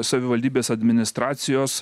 savivaldybės administracijos